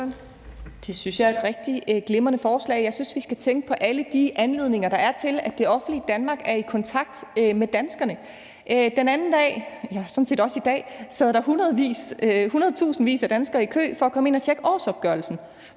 Det synes jeg er et rigtig glimrende forslag. Jeg synes, vi skal tænke på alle de anledninger, der er til, at det offentlige Danmark er i kontakt med danskerne. Den anden dag sad der – og det gør der sådan set også i dag – hundredtusindvis af danskere i kø for at komme ind at tjekke årsopgørelsen.